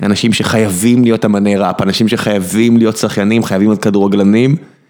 אנשים שחייבים להיות אמני ראפ, אנשים שחייבים להיות שחיינים, חייבים להיות כדורגלנים.